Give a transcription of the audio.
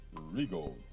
Regal